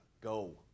Go